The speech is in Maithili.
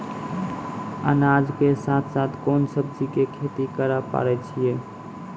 अनाज के साथ साथ कोंन सब्जी के खेती करे पारे छियै?